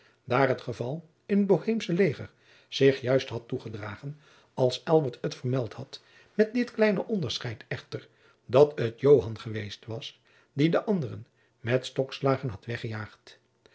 daar het geval in het boheemsche leger zich juist had toegedragen als elbert het verteld had met dit kleine onderscheid echter dat het joan geweest was die den anderen met stokslagen had weggejaagd